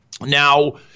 now